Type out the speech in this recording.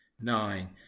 Nine